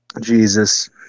Jesus